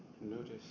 notice